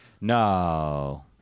no